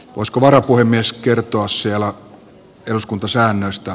voisiko varapuhemies kertoa siellä eduskuntasäännöistä